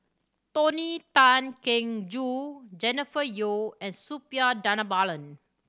Tony Tan Keng Joo Jennifer Yeo and Suppiah Dhanabalan